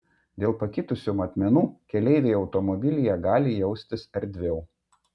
dėl pakitusių matmenų keleiviai automobilyje gali jaustis erdviau